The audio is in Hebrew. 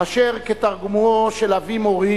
אשר כתרגומו של אבי מורי